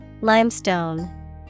limestone